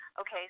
Okay